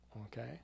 Okay